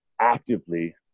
actively